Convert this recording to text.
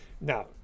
Now